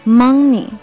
Money